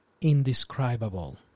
Indescribable